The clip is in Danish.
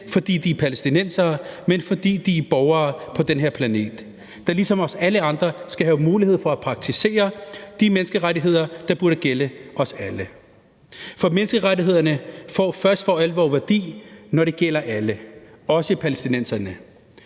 fordi de er palæstinensere, men fordi de er borgere på den her planet, der ligesom alle os andre skal have mulighed for at praktisere de menneskerettigheder, der burde gælde os alle. For menneskerettighederne får først for alvor værdi, når de gælder alle, også palæstinenserne.